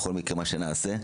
בכל מקרה מה שנעשה,